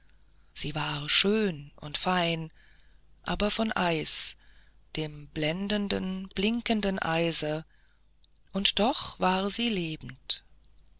sie war schön und fein aber von eis dem blendenden blinkenden eise und doch war sie lebend